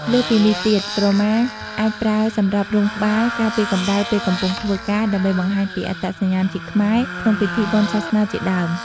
លើសពីនេះទៀត ក្រមាអាចប្រើសម្រាប់រុំក្បាល ការពារកម្ដៅពេលកំពុងធ្វើការ ដើម្បីបង្ហាញពីអត្តសញ្ញាណជាខ្មែរ ក្នុងពិធីបុណ្យសាសនាជាដើម។